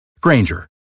Granger